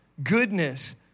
goodness